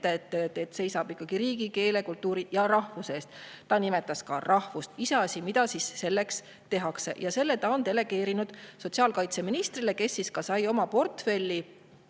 et seista ikkagi riigi, keele, kultuuri ja rahvuse eest. Ta nimetas ka rahvust. Iseasi, mida selleks tehakse. Ta on delegeerinud selle sotsiaalkaitseministrile, kes sai oma portfelli